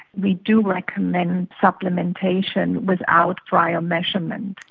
we do recommend supplementation without prior measurement.